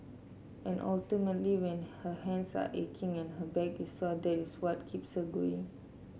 and ultimately when her hands are aching and her back is sore that is what keeps her going